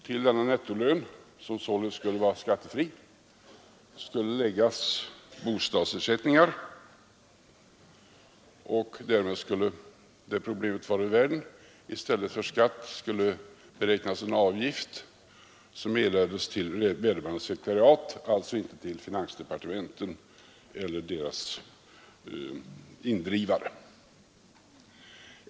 Till denna nettolön, som således skulle vara skattefri, skulle läggas bostadsersättningar och därmed vore det problemet ur världen. I stället för skatt skulle beräknas en avgift som erlades till vederbörande sekretariat, alltså inte till finansdepartmenten eller deras indrivare.